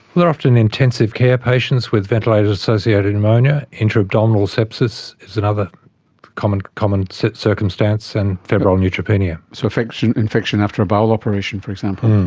are often intensive care patients with ventilator associated pneumonia, intra-abdominal sepsis is another common common circumstance, and febrile neutropenia. so infection infection after a bowel operation, for example.